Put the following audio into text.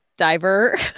diver